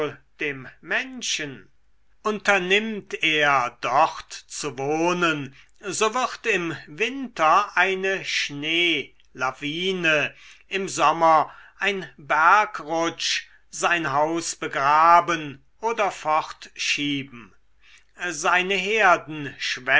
dem menschen unternimmt er dort zu wohnen so wird im winter eine schneelawine im sommer ein bergrutsch sein haus begraben oder fortschieben seine herden